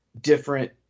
different